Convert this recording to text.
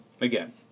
Again